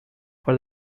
for